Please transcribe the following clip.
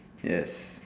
yes